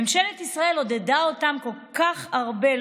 ממשלת ישראל עודדה אותם כל כך הרבה,